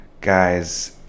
guys